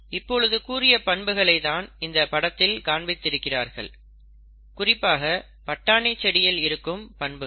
இப்பொழுது கூறிய பண்புகளை தான் இந்த படத்தில் காண்பித்திருக்கிறார்கள் குறிப்பாக பட்டாணி செடியில் இருக்கும் பண்புகள்